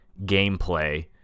gameplay